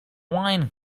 wine